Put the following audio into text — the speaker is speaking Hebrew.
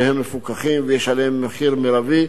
שהם מפוקחים ויש להם מחיר מרבי.